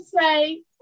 say